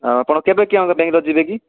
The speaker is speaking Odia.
ଆପଣ କେବେ କିଅଣ ବାଙ୍ଗାଲୋର ଯିବେ କି